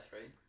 right